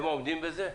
הם עומדים בזה?